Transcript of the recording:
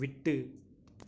விட்டு